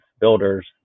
builders